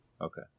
okay